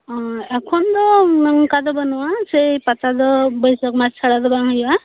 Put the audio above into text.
ᱮᱠᱷᱚᱱ ᱫᱚ ᱚᱱᱠᱟ ᱫᱚ ᱵᱟᱱᱩᱜᱼᱟ ᱥᱮᱭ ᱯᱟᱛᱟ ᱫᱚ ᱥᱮᱭ ᱵᱟᱹᱭᱥᱟᱹᱠ ᱢᱟᱥ ᱪᱷᱟᱲᱟ ᱫᱚ ᱵᱟᱝ ᱦᱳᱭᱳᱜᱼᱟ